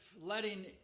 letting